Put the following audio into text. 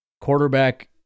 quarterback